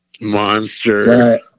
monster